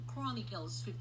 Chronicles